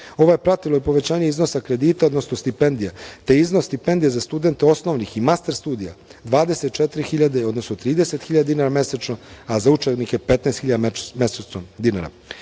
Ovo je pratilo i povećanje iznosa kredita, odnosno stipendija, te iznos stipendija za studente osnovnih i master studija 24.030 mesečno, a za učenike 15.000 mesečno